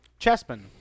Chespin